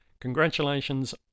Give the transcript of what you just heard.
congratulations